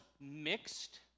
mixed